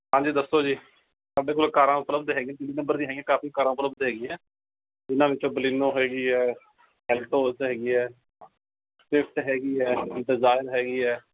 ਹਾਂਜੀ ਦੱਸੋ ਜੀ ਸਾਡੇ ਕੋਲ ਕਾਰਾਂ ਉਪਲਬਧ ਹੈਗੀਆਂ ਦਿੱਲੀ ਨੰਬਰ ਦੀਆਂ ਹੈਗੀਆਂ ਕਾਫੀ ਕਾਰਾਂ ਉਪਲਬਧ ਹੈਗੀਆਂ ਇਹਨਾਂ ਵਿੱਚੋਂ ਬਲੀਨੋ ਹੈਗੀ ਹੈ ਐਲਟੋਸ ਹੈਗੀ ਹੈ ਸਵੀਫਟ ਹੈਗੀ ਹੈ ਡਿਜ਼ਾਇਰ ਹੈਗੀ ਹੈ